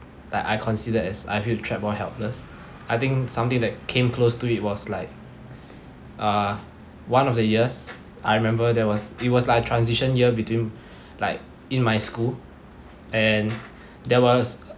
like I consider as I feel trapped or helpless I think something that came close to it was like uh one of the years I remember there was it was like a transition year between like in my school and there was